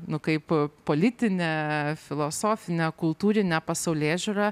nu kaip politinę filosofinę kultūrinę pasaulėžiūrą